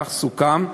כך סוכם.